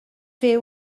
fer